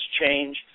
change